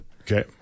Okay